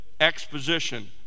exposition